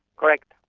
correct.